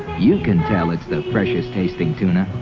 you can damage the precious taste in tuna.